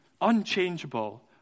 unchangeable